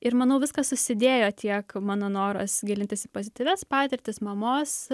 ir manau viskas susidėjo tiek mano noras gilintis į pozityvias patirtis mamos